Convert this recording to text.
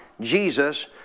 Jesus